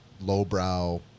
lowbrow